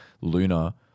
Luna